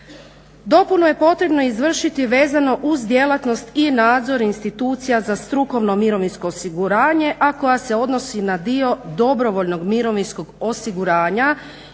Dopunu je potrebno izvršiti vezano uz djelatnost i nadzor institucija za strukovno mirovinsko osiguranje a koja se odnosi na dio dobrovoljnog mirovinskog osiguranja,